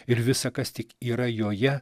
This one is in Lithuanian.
ir visa kas tik yra joje